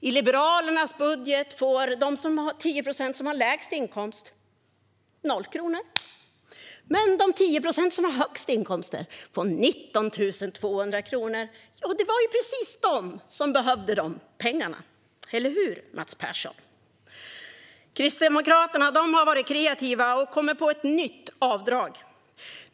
I Liberalernas budget får de 10 procent som har lägst inkomst noll kronor, medan de 10 procent som har högst inkomster får 19 200 kronor. Och det var ju precis de som behövde de pengarna, eller hur, Mats Persson? Kristdemokraterna har varit kreativa och kommit på ett nytt avdrag.